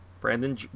Brandon